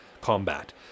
combat